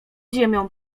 ziemią